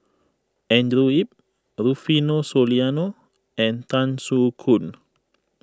Andrew Yip Rufino Soliano and Tan Soo Khoon